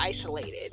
isolated